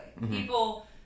People